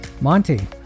Monty